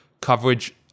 coverage